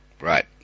right